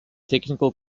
technical